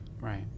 right